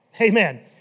Amen